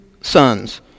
sons